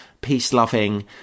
peace-loving